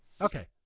Okay